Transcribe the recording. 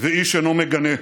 ואיש אינו מגנה.